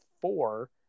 four